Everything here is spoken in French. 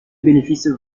bénéfice